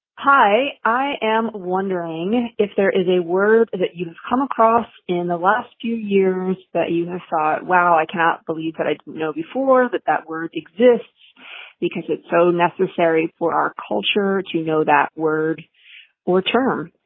hi. i am wondering if there is a word that you have come across in the last few years that you thought, wow, i cannot believe that. i know before that that word exists because it's so necessary for our culture to know that word or term.